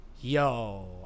yo